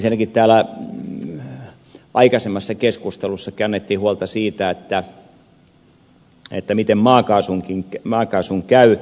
ensinnäkin täällä aikaisemmassa keskustelussa kannettiin huolta siitä miten maakaasun käy